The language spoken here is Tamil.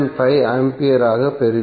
5 ஆம்பியராகப் பெறுவீர்கள்